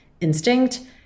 instinct